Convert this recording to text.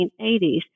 1980s